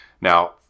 Now